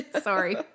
Sorry